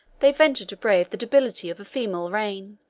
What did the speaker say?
they ventured to brave the debility of a female reign.